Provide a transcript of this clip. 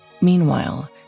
Meanwhile